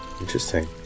Interesting